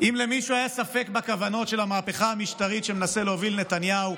אם למישהו היה ספק בכוונות של המהפכה המשטרית שמנסה להוביל נתניהו,